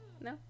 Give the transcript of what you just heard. No